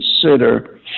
consider